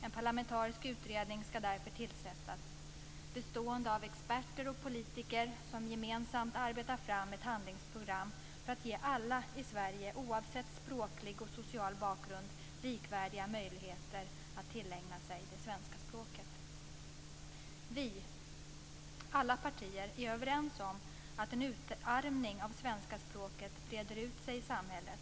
En parlamentarisk utredning ska därför tillsättas. Den ska bestå av experter och politiker som gemensamt ska arbeta fram ett handlingsprogram för att ge alla i Sverige, oavsett språklig och social bakgrund, likvärdiga möjligheter att tillägna sig det svenska språket. Vi, alla partier, är överens om att en utarmning av det svenska språket breder ut sig i samhället.